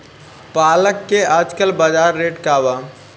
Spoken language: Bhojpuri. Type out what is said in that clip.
पालक के आजकल बजार रेट का बा?